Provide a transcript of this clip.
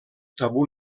tabú